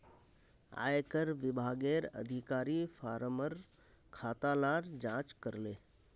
आयेकर विभागेर अधिकारी फार्मर खाता लार जांच करले